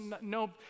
no